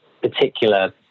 particular